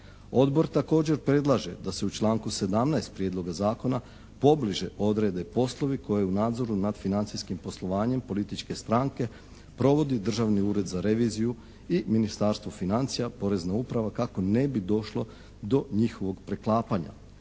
Odbor također predlaže da se u članku 17. Prijedloga Zakona pobliže odrede poslovi koje u nadzoru nad financijskim poslovanjem političke stranke provodi Državni ured za reviziju i Ministarstvo financija, Porezna uprava kako ne bi došlo do njihovog preklapanja.